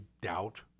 doubt